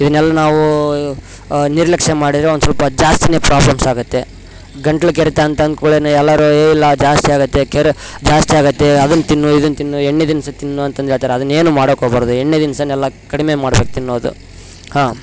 ಇದ್ನೆಲ್ಲ ನಾವು ನಿರ್ಲಕ್ಷ್ಯ ಮಾಡಿದರೆ ಒಂದುಸ್ವಲ್ಪ ಜಾಸ್ತಿ ಪ್ರಾಬ್ಲಮ್ಸ್ ಆಗುತ್ತೆ ಗಂಟ್ಲು ಕೆರೆತ ಅಂತ ಅಂದ ಕೂಡ್ಲೆ ಎಲ್ಲರು ಏ ಇಲ್ಲ ಜಾಸ್ತಿ ಆಗುತ್ತೆ ಕೆರ್ ಜಾಸ್ತಿ ಆಗುತ್ತೆ ಅದನ್ನು ತಿನ್ನು ಇದನ್ನು ತಿನ್ನು ಎಣ್ಣೆ ತಿನ್ಸನ್ ತಿನ್ನು ಅಂತಂದೇಳ್ತಾರೆ ಅದನ್ನೇನು ಮಾಡಕೆ ಹೋಗಬಾರ್ದು ಎಣ್ಣೆ ತಿನ್ಸನಲ್ಲ ಕಡಿಮೆ ಮಾಡ್ಬೇಕು ತಿನ್ನೋದು ಹಾಂ